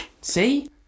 See